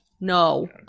No